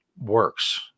works